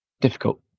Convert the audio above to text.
difficult